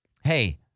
hey